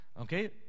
Okay